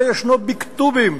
זה ישנו בכתובים.